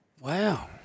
Wow